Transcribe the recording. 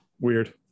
weird